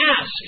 ask